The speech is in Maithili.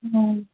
हूँ